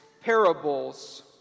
parables